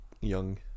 young